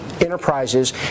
enterprises